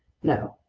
no.